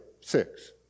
six